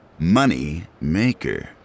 Moneymaker